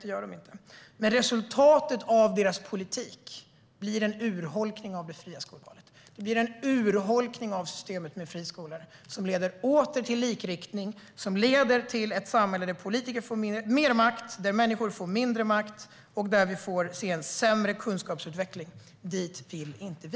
Det gör de inte. Men resultatet av deras politik blir en urholkning av det fria skolvalet. Det blir en urholkning av systemet med friskolor som leder åter till likriktning, som leder till ett samhälle där politiker får mer makt, där människor får mindre makt och där vi får se en sämre kunskapsutveckling. Dit vill inte vi.